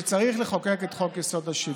שאתם מחוקקים את חוק-יסוד: השוויון.